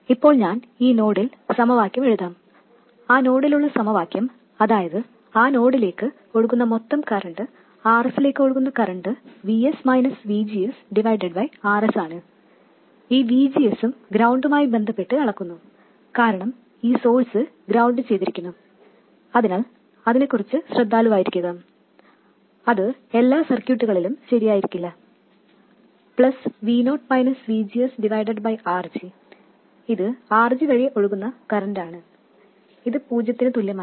ഇപ്പോൾ ഞാൻ ഈ നോഡിൽ സമവാക്യം എഴുതാം ആ നോഡിലുള്ള സമവാക്യം അതായത് ആ നോഡിലേക്ക് ഒഴുകുന്ന മൊത്തം കറൻറ് Rs ലേക്ക് ഒഴുകുന്ന കറൻറ് Rsആണ് ഈ VGS ഉം ഗ്രൌണ്ടുമായി ബന്ധപ്പെട്ട് അളക്കുന്നു കാരണം ഈ സോഴ്സ് ഗ്രൌണ്ട് ചെയ്തിരിക്കുന്നു അതിനാൽ അതിനെക്കുറിച്ച് ശ്രദ്ധാലുവായിരിക്കുക അത് എല്ലാ സർക്യൂട്ടുകളിലും ശരിയായിരിക്കില്ല പ്ലസ് RG ഇത് RG വഴി ഒഴുകുന്ന കറൻറ് ആണ് ഇത് പൂജ്യത്തിന് തുല്യമാണ്